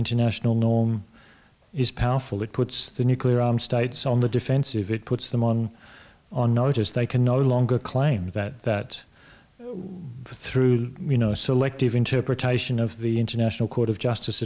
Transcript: international norm is powerful it puts the nuclear armed states on the defensive it puts them on on notice they can no longer claim that that through you know selective interpretation of the international court of justice